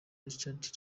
richard